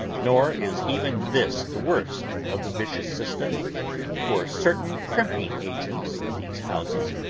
nor is even this the worst of the vicious system for, certain crimping agents of these houses,